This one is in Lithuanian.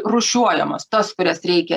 rūšiuojamas tas kurias reikia